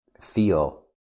feel